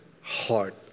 heart